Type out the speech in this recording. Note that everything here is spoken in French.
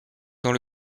dans